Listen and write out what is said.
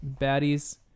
baddies